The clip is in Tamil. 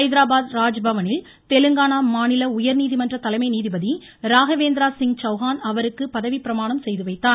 ஐதராபாத் ராஜ்பவனில் தெலுங்கானா மாநில உயர்நீதிமன்ற தலைமை நீதிபதி ராகவேந்திரா சிங் சவ்ஹான் அவருக்கு பதவிப்பிரமாணம் செய்து வைத்தார்